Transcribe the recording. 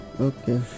Okay